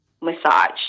massage